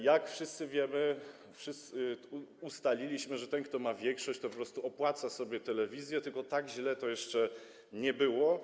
Jak wszyscy wiemy, jak ustaliliśmy, ten, kto ma większość, po prostu opłaca sobie telewizję, tylko że tak źle to jeszcze nie było.